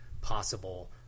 possible